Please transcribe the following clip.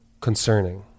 concerning